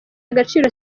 agaciro